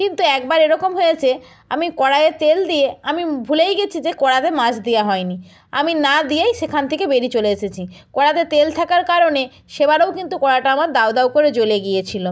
কিন্তু একবার এরকম হয়েচে আমি কড়াইয়ে তেল দিয়ে আমি ভুলেই গেছি যে কড়াতে মাছ দেয়া হয় নি আমি না দিয়েই সেখান থেকে বেরিয় চলে এসেছি কড়াতে তেল থাকার কারণে সেবারেও কিন্তু কড়াটা আমার দাউ দাউ করে জ্বলে গিয়েছিলো